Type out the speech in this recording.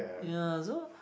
ya so